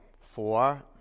Four